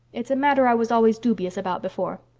it's a matter i was always dubious about before.